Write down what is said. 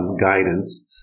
guidance